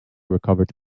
recovered